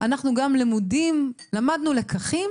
אנחנו גם למודי לקחים.